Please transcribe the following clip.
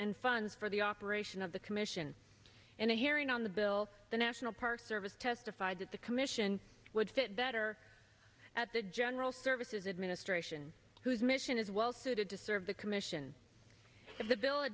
and funds for the operation of the commission and a hearing on the bill the national park service testified that the commission would fit better at the general services administration whose mission is well suited to serve the commission